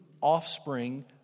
offspring